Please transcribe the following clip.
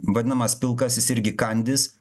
vadinamas pilkasis irgi kandis